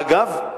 אגב,